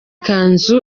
kanzu